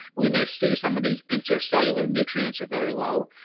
we may see some of these intracellular nutrients are very low.